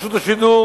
רשות השידור